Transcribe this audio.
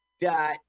Dot